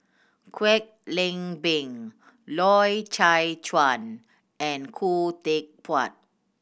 Kwek Leng Beng Loy Chye Chuan and Khoo Teck Puat